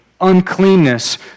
uncleanness